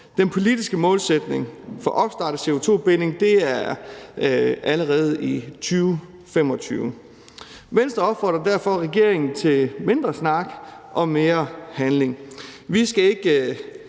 Den politiske målsætning for opstart af CO2-binding er allerede i 2025. Venstre opfordrer derfor regeringen til mindre snak og mere handling.